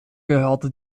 gehörte